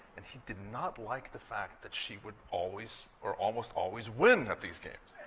and he did not like the fact that she would always or almost always win at these games.